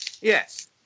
Yes